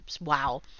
wow